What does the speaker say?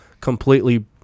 completely